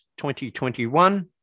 2021